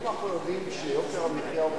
אם אנחנו יודעים שיוקר המחיה הוא,